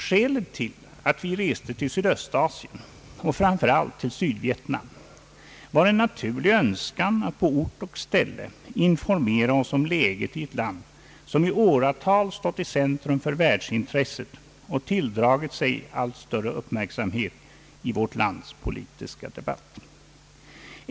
Skälet till att vi reste till Sydöstasien — och framför allt till Sydvietnam — var en naturlig önskan att på ort och ställe informera oss om läget i ett land, som i åratal stått i centrum för världsintresset och tilldragit sig allt större uppmärksamhet i vårt lands politiska debati.